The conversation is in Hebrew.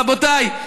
רבותיי,